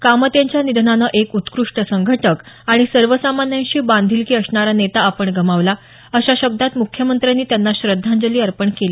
कामत यांच्या निधनानं एक उत्कृष्ट संघटक आणि सर्वसामान्यांशी बांधिलकी असणारा नेता आपण गमावला अशा शब्दात मुख्यमंत्र्यांनी त्यांना श्रद्धांजली अर्पण केली